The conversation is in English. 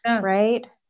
right